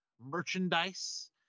merchandise